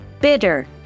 bitter